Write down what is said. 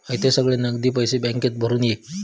हयते सगळे नगदी पैशे बॅन्केत भरून ये